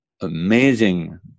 amazing